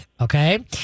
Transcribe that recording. okay